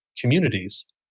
communities